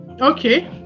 Okay